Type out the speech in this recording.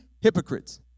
hypocrites